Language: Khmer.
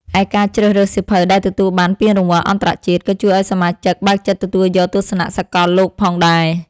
ឯការជ្រើសរើសសៀវភៅដែលទទួលបានពានរង្វាន់អន្តរជាតិ ក៏ជួយឱ្យសមាជិកបើកចិត្តទទួលយកទស្សនៈសកលលោកផងដែរ។